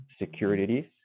securities